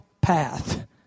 path